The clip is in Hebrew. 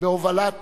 בהובלת